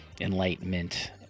enlightenment